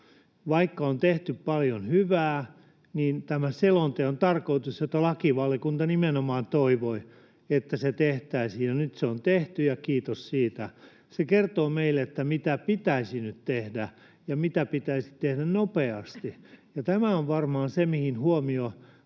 Vaikka on tehty paljon hyvää, niin tämän selonteon tarkoitus on — lakivaliokunta nimenomaan toivoi, että se tehtäisiin, ja nyt se on tehty, ja kiitos siitä — että se kertoo meille, mitä pitäisi nyt tehdä ja mitä pitäisi tehdä nopeasti. Tämä on varmaan se, mihin huomio